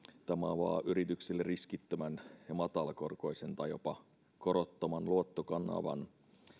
tämä avaa yrityksille riskittömän ja matalakorkoisen tai jopa korottoman luottokanavan